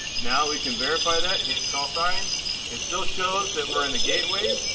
now we can verify that hit call sign it still shows that we're in the gateway,